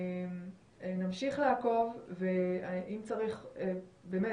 אנחנו נמשיך לעקוב ואם צריך באמת,